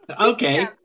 Okay